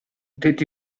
did